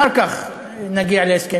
אחר כך נגיע להסכם,